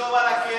תרשום על הקרח.